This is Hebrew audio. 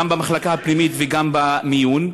גם במחלקה הפנימית וגם במיון,